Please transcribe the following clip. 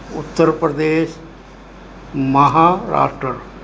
ਉੱਤਰ ਪ੍ਰਦੇਸ਼ ਮਹਾ ਰਾਸ਼ਟਰ